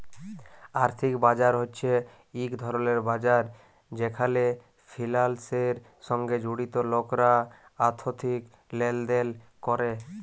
আর্থিক বাজার হছে ইক ধরলের বাজার যেখালে ফিলালসের সঙ্গে জড়িত লকরা আথ্থিক লেলদেল ক্যরে